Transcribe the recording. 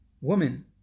woman